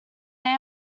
they